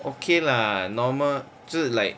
okay lah normal 就是 like